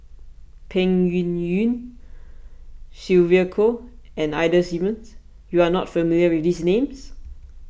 Peng Yuyun Sylvia Kho and Ida Simmons you are not familiar with these names